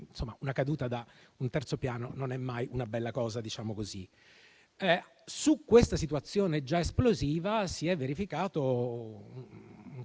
se una caduta dal terzo piano non è mai una bella cosa. In questa situazione già esplosiva si è verificato un